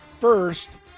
first